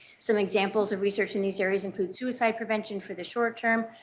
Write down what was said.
some examples of research in these areas include suicide prevention for the short term,